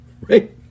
Right